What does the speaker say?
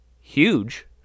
huge